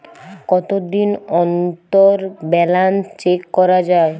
কতদিন অন্তর balance check করা য়ায়?